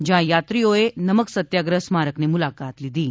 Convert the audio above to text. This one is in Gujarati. જ્યાં થાત્રીઓએ નમક સત્યાગ્રહ સ્મારકની મુલાકાત લીધી હતી